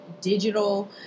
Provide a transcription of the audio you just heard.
digital